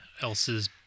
else's